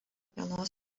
vienos